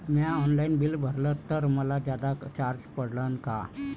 म्या online bill भरलं तर मले जादा चार्ज पडन का?